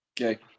Okay